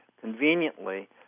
conveniently